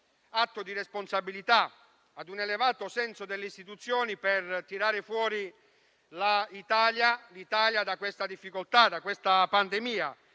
atto di responsabilità, a un elevato senso delle istituzioni, per tirare fuori l'Italia da questa difficoltà e da questa pandemia.